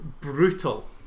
brutal